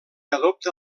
adopta